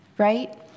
right